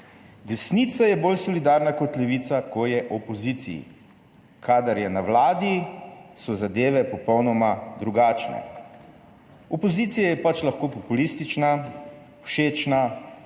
»Desnica je bolj solidarna kot levica, ko je v opoziciji. Kadar je na vladi, so zadeve popolnoma drugačne.« Opozicija je pač lahko populistična, všečna.